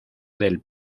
del